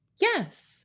Yes